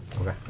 Okay